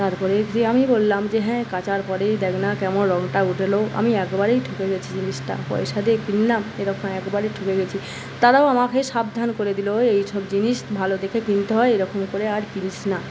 তারপরে যে আমি বললাম যে হ্যাঁ কাচার পরেই দেখ না কেমন রংটা উঠলো আমি একবারেই ঠকে গেছি জিনিসটা পয়সা দিয়ে কিনলাম এরকম একবারেই ঠকে গেছি তারাও আমাকে সাবধান করে দিল এইসব জিনিস ভালো দেখে কিনতে হয় এরকম করে আর কিনিস না